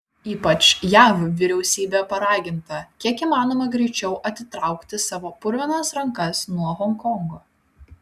ypač jav vyriausybė paraginta kiek įmanoma greičiau atitraukti savo purvinas rankas nuo honkongo